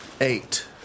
Eight